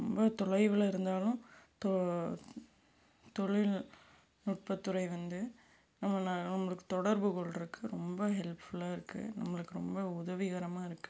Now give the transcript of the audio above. ரொம்ப தொலைவில் இருந்தாலும் தொ தொழில் நுட்பத்துறை வந்து நம்மளை நம்மளுக்கு தொடர்பு கொள்றதுக்கு ரொம்ப ஹெல்ப்ஃபுல்லாக இருக்குது நம்மளுக்கு ரொம்ப உதவிகரமாக இருக்குது